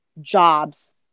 jobs